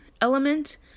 element